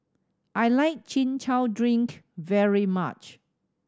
I like Chin Chow drink very much